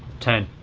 ten.